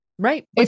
Right